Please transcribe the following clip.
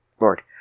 lord